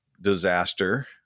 disaster